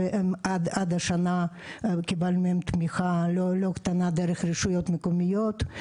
שעד השנה קיבלנו מהם תמיכה לא קטנה דרך הרשויות המקומיות.